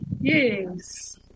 Yes